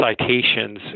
citations